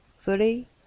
fully